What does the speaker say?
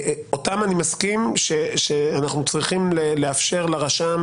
אותם אני מסכים שאנחנו צריכים לאפשר לרשם